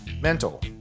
mental